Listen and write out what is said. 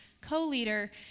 co-leader